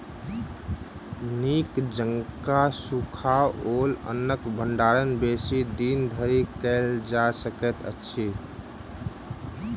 नीक जकाँ सुखाओल अन्नक भंडारण बेसी दिन धरि कयल जा सकैत अछि